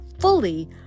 fully